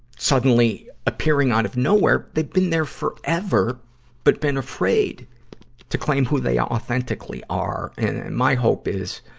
suddenly appearing out of nowhere. they've been there forever, but been afraid to claim who they authentically are. and my hope is,